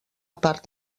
part